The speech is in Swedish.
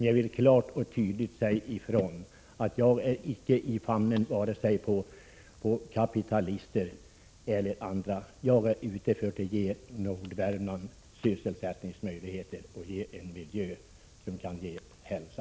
Jag vill klart och tydligt säga ifrån att jag icke är i famnen på vare sig kapitalister eller andra. Jag är ute efter att ge Nordvärmland sysselsättningsmöjligheter och en miljö som kan ge hälsa.